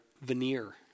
veneer